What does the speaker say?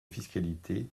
fiscalité